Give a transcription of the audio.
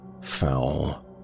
foul